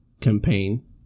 campaign